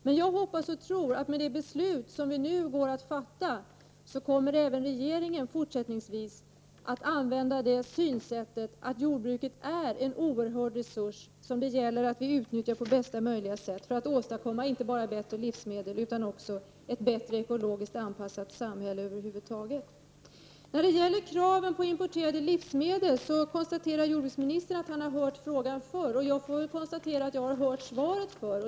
Men jag hoppas och tror att med det beslut som vi nu skall fatta kommer även regeringen fortsättningsvis att använda det synsättet, att jordbruket är en oerhörd resurs som det gäller att vi utnyttjar på bästa möjliga sätt för att åstadkomma inte bara bättre livsmedel utan också ett bättre ekologiskt anpassat samhälle över huvud taget. När det gäller kraven på importerade livsmedel konstaterar jordbruksministern att han har hört frågan förr. Jag får då konstatera att jag har hört svaret förr.